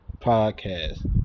podcast